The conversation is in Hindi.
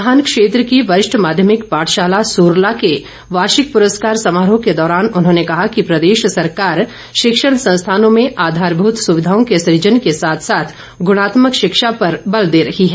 नाहन क्षेत्र की वरिष्ठ माध्यमिक पाठशाला सूरला के वार्षिक प्रस्कार समारोह के दौरान उन्होंने कहा कि प्रदेश सरकार शिक्षण संस्थानों में आधारभूत सुविधाओं के सृजन के साथ साथ गुणात्मक शिक्षा पर बल दे रही हैं